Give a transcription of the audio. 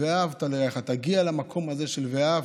"ואהבת לרעך" תגיע למקום הזה של "ואהבת",